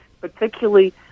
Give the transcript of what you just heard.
particularly